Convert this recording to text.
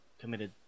committed